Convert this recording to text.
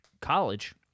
college